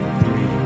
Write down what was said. three